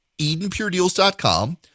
EdenPureDeals.com